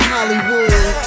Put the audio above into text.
Hollywood